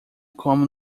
como